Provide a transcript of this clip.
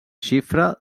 xifra